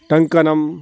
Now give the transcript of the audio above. टङ्कनम्